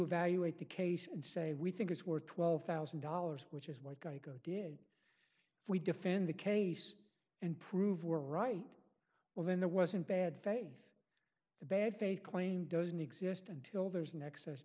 evaluate the case and say we think it's worth twelve thousand dollars which is what geico did if we defend the case and prove were right well then there wasn't bad faith the bad faith claim doesn't exist until there's an excess